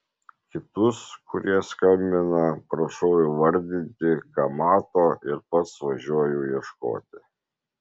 kitus kurie skambina prašau įvardinti ką mato ir pats važiuoju ieškoti